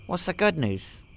what's the good news?